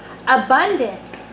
abundant